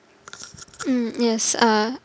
mm yes uh